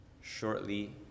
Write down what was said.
shortly